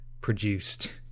produced